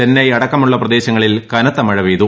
ചെന്നൈ അടക്കമുള്ള പ്രദേശങ്ങളിൽ കനത്ത മഴ പെയ്തു